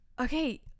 Okay